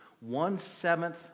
One-seventh